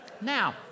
Now